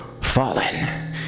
Fallen